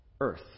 Earth